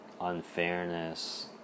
unfairness